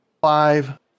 five